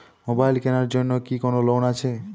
Mobile কেনার জন্য কি কোন লোন আছে?